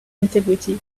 integrity